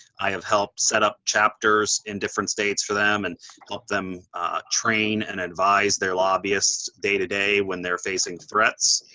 i have helped set up chapters in different states for them and helped them train and advise their lobbyists day to day when they're facing threats.